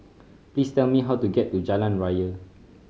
please tell me how to get to Jalan Raya